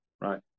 right